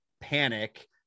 panic